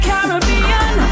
Caribbean